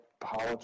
power